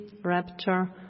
Rapture